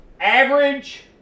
average